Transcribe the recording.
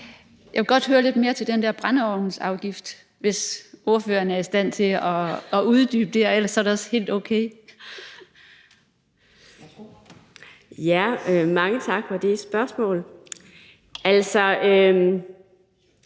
Jeg vil godt høre lidt mere om den der brændeovnsafgift, hvis ordføreren er i stand til at uddybe det, og hvis ikke, er det også helt okay. Kl. 12:14 Anden næstformand